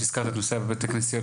כמובן שהזכרת את נושא בתי כנסת,